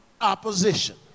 opposition